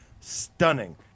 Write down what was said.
stunning